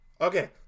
Okay